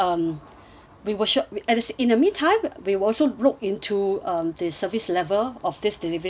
we will sure we in the meantime we will also look into um the service level of this delivery man